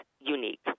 unique